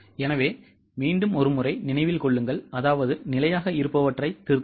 எனவே நிலையாக இருப்பவற்றை திருத்தலாம்